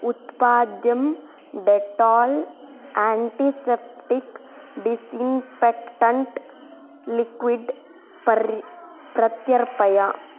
उत्पाद्यं Dettol antiseptic disinfectant liquid पर् प्रत्यर्पय